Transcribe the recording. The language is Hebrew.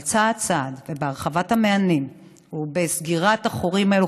אבל צעד-צעד ובהרחבת המענים או בסגירת החורים האלו,